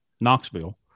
Knoxville